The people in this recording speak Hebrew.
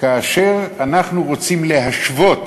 כאשר אנחנו רוצים להשוות